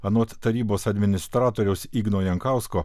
anot tarybos administratoriaus igno jankausko